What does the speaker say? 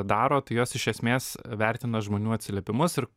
daro tai jos iš esmės vertina žmonių atsiliepimus ir